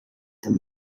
them